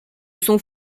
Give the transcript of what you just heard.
sont